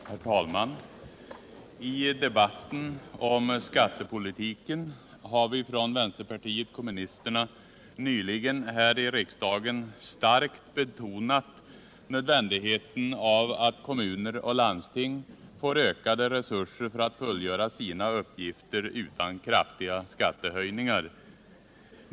Herr talman! I debatten om skattepolitiken har vi från vänsterpartiet kommunisterna nyligen här i riksdagen starkt betonat nödvändigheten av att kommuner och landsting får ökade resurser för att fullgöra sina uppgifter utan kraftiga skattehöjningar.